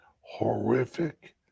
horrific